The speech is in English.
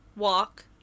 Walk